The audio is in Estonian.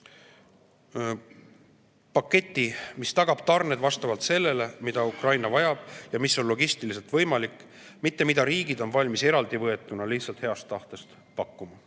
paketi, mis tagab tarned vastavalt sellele, mida Ukraina vajab ja mis on logistiliselt võimalik, mitte mida riigid on valmis eraldi võetuna lihtsalt heast tahtest pakkuma.